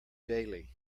daily